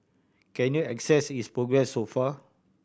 can you assess its progress so far